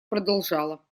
продолжала